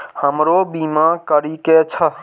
हमरो बीमा करीके छः?